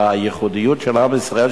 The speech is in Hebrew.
את הייחודיות של עם ישראל,